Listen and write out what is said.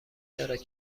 دارد